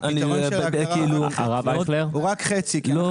הפתרון של ההגדרה הוא רק חצי כי אנחנו